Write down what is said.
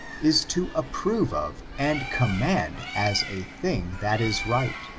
is to approve of and command as a thing that is right,